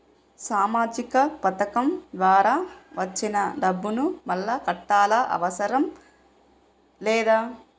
సామాజిక పథకం ద్వారా వచ్చిన డబ్బును మళ్ళా కట్టాలా అవసరం లేదా?